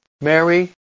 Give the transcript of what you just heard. Mary